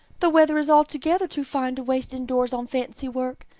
the weather is altogether too fine to waste indoors on fancy work,